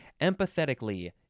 Empathetically